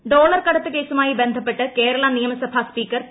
speaker dollar കടത്ത് കേസുമായി ബന്ധപ്പെട്ട് കേരള നിയമസഭാ സ്പീക്കർ പി